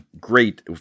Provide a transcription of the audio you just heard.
great